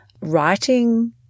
writing